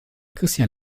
christian